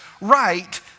right